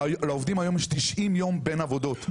לעובדים היום יש 90 יום בין עבודות,